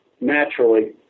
naturally